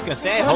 say, i